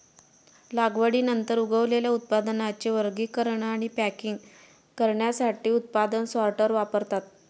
लागवडीनंतर उगवलेल्या उत्पादनांचे वर्गीकरण आणि पॅकिंग करण्यासाठी उत्पादन सॉर्टर वापरतात